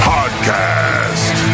Podcast